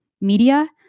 media